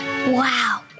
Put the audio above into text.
Wow